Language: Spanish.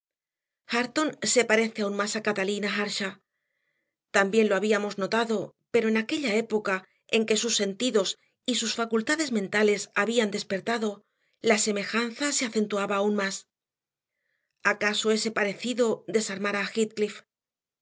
hareton se parece aún más a catalina earnshaw siempre lo habíamos notado pero en aquella época en que sus sentidos y sus facultades mentales se habían despertado la semejanza se acentuaba aún más acaso ese parecido desarmara a